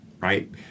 right